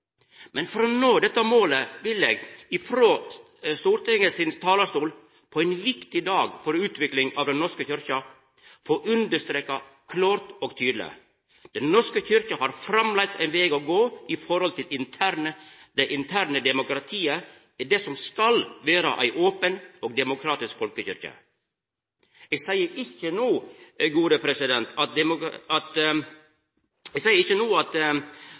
Men for å nå dette målet vil eg, frå Stortinget sin talarstol på ein viktig dag for utvikling av Den norske kyrkja, få understreka klårt og tydeleg: Den norske kyrkja har framleis ein veg å gå når det gjeld det interne demokratiet i det som skal vera ei open og demokratisk folkekyrkje. Eg seier ikkje no